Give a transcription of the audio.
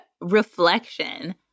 reflection